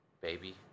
Baby